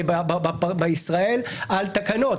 ובישראל על תקנות,